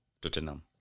Tottenham